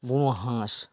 বুনো হাঁস